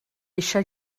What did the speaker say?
eisiau